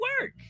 work